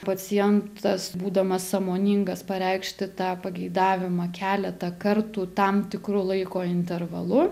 pacientas būdamas sąmoningas pareikšti tą pageidavimą keletą kartų tam tikru laiko intervalu